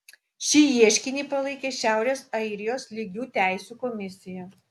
šį ieškinį palaikė šiaurės airijos lygių teisių komisija